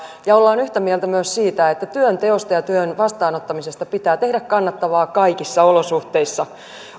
ja ollaan yhtä mieltä myös siitä että työnteosta ja työn vastaanottamisesta pitää tehdä kannattavaa kaikissa olosuhteissa